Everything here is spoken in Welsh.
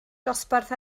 dosbarth